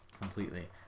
Completely